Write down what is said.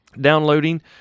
Downloading